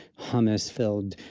hummus filled,